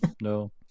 no